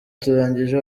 turangije